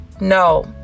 No